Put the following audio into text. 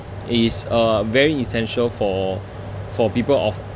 is a very essential for for people of